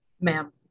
Ma'am